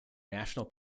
national